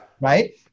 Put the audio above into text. Right